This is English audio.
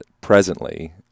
presently